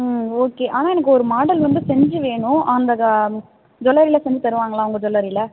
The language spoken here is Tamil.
ம் ஓகே ஆனால் எனக்கு ஒரு மாடல் வந்து செஞ்சு வேணும் அந்த ஜூவல்லரியில் செஞ்சு தருவாங்களா உங்கள் ஜூவல்லரியில்